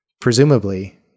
Presumably